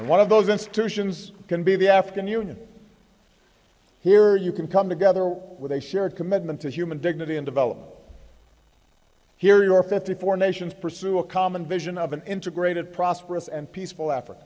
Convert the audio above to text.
and one of those institutions can be the african union here you can come together with a shared commitment to human dignity and development here you are fifty four nations pursue a common vision of an integrated prosperous and peaceful africa